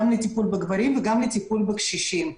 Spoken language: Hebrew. גם לטיפול בגברים וגם לטיפול בקשישים.